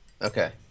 Okay